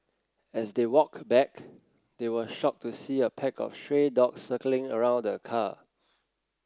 as they walked back they were shocked to see a pack of stray dogs circling around the car